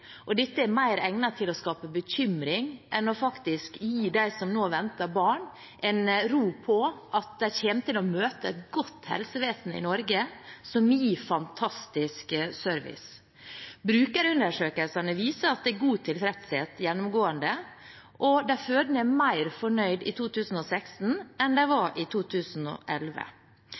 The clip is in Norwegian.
Dette er mer egnet til å skape bekymring enn faktisk å gi dem som nå venter barn, en ro på at de kommer til å møte et godt helsevesen i Norge som gir fantastisk service. Brukerundersøkelsene viser at det gjennomgående er god tilfredshet, og de fødende er mer fornøyd i 2016 enn de var i 2011.